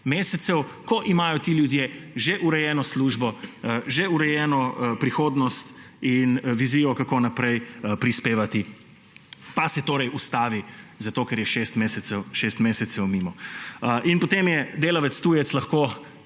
mesecev, ko imajo ti ljudje že urejeno službo, že urejeno prihodnost in vizijo, kako naprej prispevati, pa se torej ustavi, ker je šest mesecev mimo. In potem je delavec tujec lahko